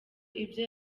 ibyo